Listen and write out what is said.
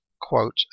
quote